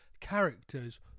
characters